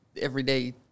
everyday